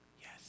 Yes